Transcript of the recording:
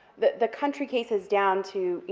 the the country cases down to, you